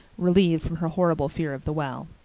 relieved from her horrible fear of the well.